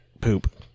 poop